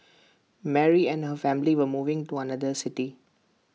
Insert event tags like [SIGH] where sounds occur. [NOISE] Mary and her family were moving to another city